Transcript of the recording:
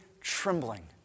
trembling